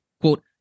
Quote